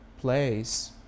place